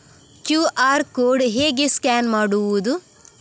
QR code ಹೇಗೆ scan ಮಾಡುವುದು?